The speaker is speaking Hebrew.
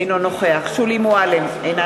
אינו נוכח שולי מועלם-רפאלי,